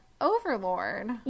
Overlord